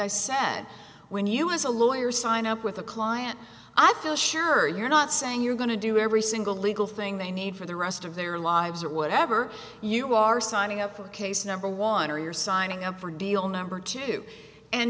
i said when you as a lawyer sign up with a client i feel sure you're not saying you're going to do every single legal thing they need for the rest of their lives or whatever you are signing up for a case number one or you're signing up for deal number two and